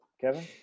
Kevin